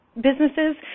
businesses